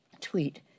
tweet